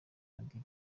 madiba